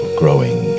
growing